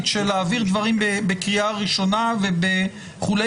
של העברת דברים בקריאה ראשונה וכולי.